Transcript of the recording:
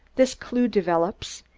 this clew develops,